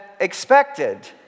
expected